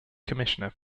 commissioner